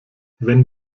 wenn